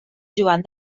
joan